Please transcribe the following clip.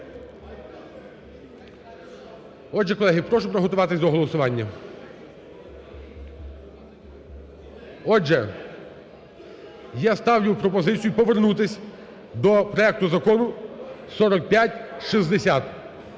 Отже, колеги, прошу приготуватись до голосування. Отже, я ставлю пропозицію повернутися до проекту Закону 4560,